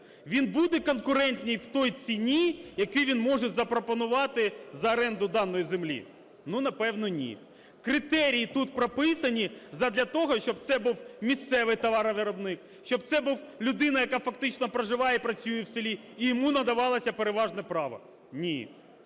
Він буде конкурентний в тій ціні, яку він може запропонувати за оренду даної землі? Ну, напевно, ні. Критерії тут прописані задля того, щоб це був місцевий товаровиробник, щоб це була людина, яка фактично проживає і працює в селі, і йому надавалося переважне право? Ні.